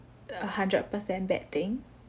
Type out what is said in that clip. a hundred percent bad thing